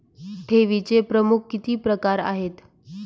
ठेवीचे प्रमुख किती प्रकार आहेत?